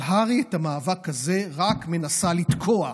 אבל הר"י, את המאבק הזה רק מנסה לתקוע,